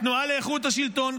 התנועה לאיכות השלטון,